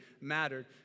mattered